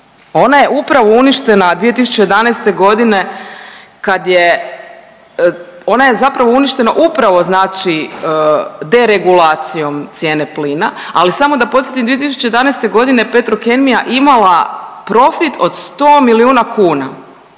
ona je zapravo uništena upravo znači deregulacijom cijene plina. Ali samo da podsjetim 2011.g. Petrokemija je imala profit od 100 milijuna kuna.